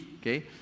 okay